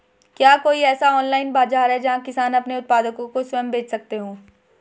क्या कोई ऐसा ऑनलाइन बाज़ार है जहाँ किसान अपने उत्पादकों को स्वयं बेच सकते हों?